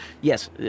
yes